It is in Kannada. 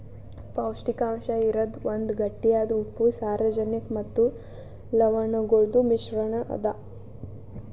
ಪೌಷ್ಟಿಕಾಂಶ ಇರದ್ ಒಂದ್ ಗಟ್ಟಿಯಾದ ಉಪ್ಪು, ಸಾರಜನಕ ಮತ್ತ ಲವಣಗೊಳ್ದು ಮಿಶ್ರಣ ಅದಾ